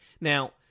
Now